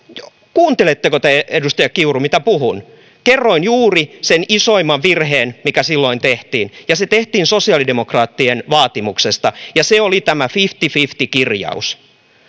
kuunteletteko te edustaja kiuru mitä puhun kerroin juuri sen isoimman virheen mikä silloin tehtiin ja se tehtiin sosiaalidemokraattien vaatimuksesta ja se oli tämä fifty fifty kirjaus